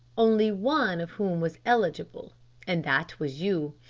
only one of whom was eligible and that was you.